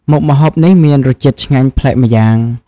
មុខម្ហូបនេះមានរសជាតិឆ្ងាញ់ប្លែកម្យ៉ាង។